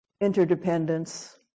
interdependence